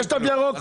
יש תו ירוק,